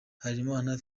harerimana